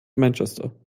manchester